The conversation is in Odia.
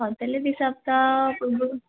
ହଉ ତା'ହେଲେ ଦୁଇ ସପ୍ତାହ ପୂର୍ବରୁ